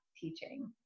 teaching